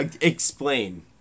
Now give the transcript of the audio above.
Explain